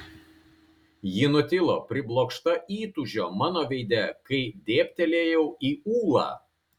ji nutilo priblokšta įtūžio mano veide kai dėbtelėjau į ulą